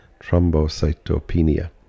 thrombocytopenia